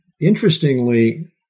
Interestingly